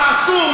מה אסור,